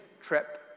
trip